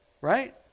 Right